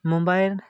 mobile